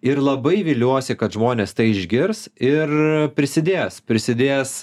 ir labai viliuosi kad žmonės tai išgirs ir prisidės prisidės